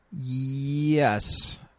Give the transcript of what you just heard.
Yes